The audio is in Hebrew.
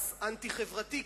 מס אנטי-חברתי,